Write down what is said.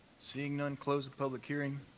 seeing none, close the public hearing.